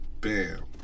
Bam